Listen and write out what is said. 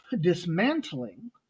dismantling